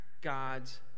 God's